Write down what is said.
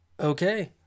Okay